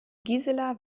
gisela